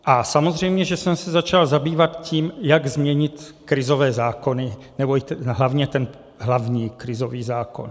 A samozřejmě že jsem se začal zabývat tím, jak změnit krizové zákony, nebo hlavně ten hlavní krizový zákon.